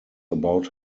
about